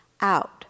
out